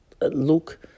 look